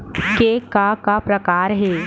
के का का प्रकार हे?